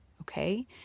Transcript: Okay